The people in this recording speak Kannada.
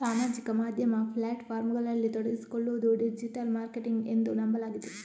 ಸಾಮಾಜಿಕ ಮಾಧ್ಯಮ ಪ್ಲಾಟ್ ಫಾರ್ಮುಗಳಲ್ಲಿ ತೊಡಗಿಸಿಕೊಳ್ಳುವುದು ಡಿಜಿಟಲ್ ಮಾರ್ಕೆಟಿಂಗ್ ಎಂದು ನಂಬಲಾಗಿದೆ